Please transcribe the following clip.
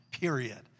period